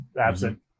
absent